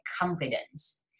confidence